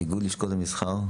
איגוד לשכות המסחר?